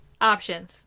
Options